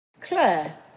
claire